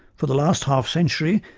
for the last half century,